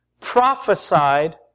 prophesied